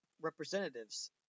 representatives